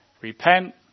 Repent